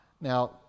Now